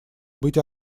быть